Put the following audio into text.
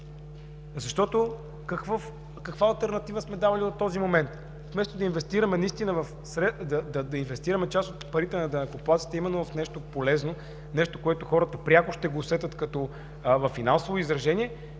Каква алтернатива сме давали до този момент? Вместо да инвестираме част от парите на данъкоплатците именно в нещо полезно, нещо, което хората пряко ще усетят като финансово изражение,